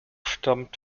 stammt